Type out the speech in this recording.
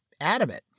adamant